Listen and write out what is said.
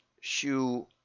shoe